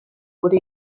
wurde